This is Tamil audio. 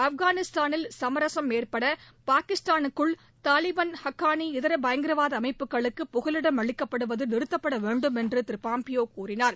ஆப்கானிஸ்தானில் சமரசம் ஏற்பட பாகிஸ்தானுக்குள் தாலிபான் ஹக்கானி இதர பயங்கரவாத அமைப்புகளுக்கு புகலிடம் அளிக்கப்படுவது நிறுத்தப்பட வேண்டும் என்று பாம்பியோ கூறினார்